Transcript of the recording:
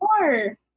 more